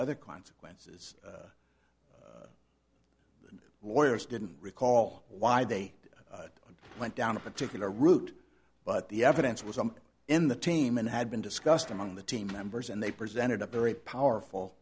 other consequences the lawyers didn't recall why they went down a particular route but the evidence was i'm in the team and had been discussed among the team members and they presented a very powerful